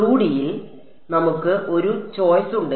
2D യിൽ നമുക്ക് ഒരു ചോയ്സ് ഉണ്ട്